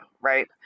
right